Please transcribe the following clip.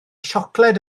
siocled